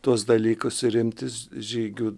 tuos dalykus ir imtis žygių